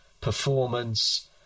performance